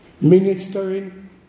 ministering